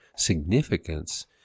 significance